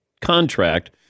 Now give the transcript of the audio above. contract